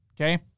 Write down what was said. Okay